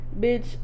bitch